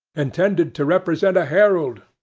intended to represent a herald,